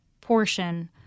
portion